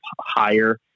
higher